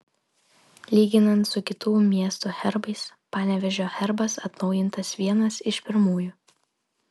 lyginant su kitų miestų herbais panevėžio herbas atnaujintas vienas iš pirmųjų